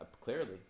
Clearly